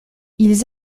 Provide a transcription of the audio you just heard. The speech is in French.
ils